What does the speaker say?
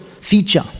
feature